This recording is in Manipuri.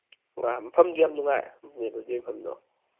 ꯃꯐꯝꯗꯣ ꯌꯥꯝ ꯅꯨꯡꯉꯥꯏꯕꯅꯦꯕ ꯑꯗꯨꯒꯤ ꯃꯐꯝꯗꯣ